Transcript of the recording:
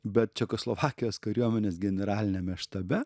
bet čekoslovakijos kariuomenės generaliniame štabe